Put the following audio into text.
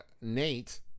nate